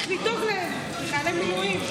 צריך לדאוג להם כחיילי מילואים.